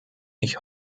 ich